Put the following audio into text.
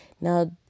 Now